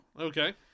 Okay